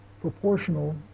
proportional